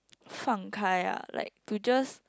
放开 ah like to just